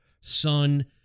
son